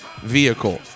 vehicle